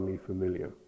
familiar